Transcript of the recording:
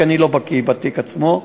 כי אני לא בקי בתיק עצמו,